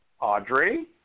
Audrey